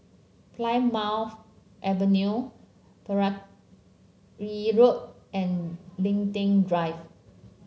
Plymouth Avenue Pereira Road and Linden Drive